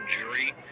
jury